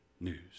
news